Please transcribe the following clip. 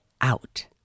out